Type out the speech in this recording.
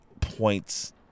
points